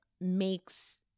makes